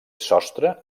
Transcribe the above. sostre